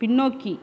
பின்னோக்கி